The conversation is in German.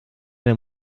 der